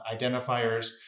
identifiers